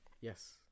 yes